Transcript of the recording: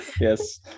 yes